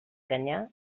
canyar